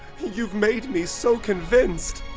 you've made me so convinced!